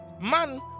man